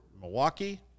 Milwaukee